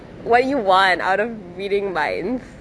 why you want out of reading minds